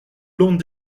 l’ont